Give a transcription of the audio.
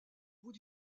bout